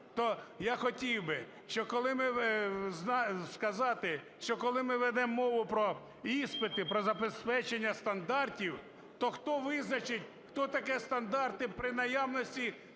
що коли ми… сказати, що коли ми ведемо мову про іспити, про забезпечення стандартів, то хто визначить, що таке стандарти при наявності